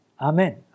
Amen